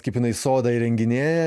kaip jinai sodą įrenginėja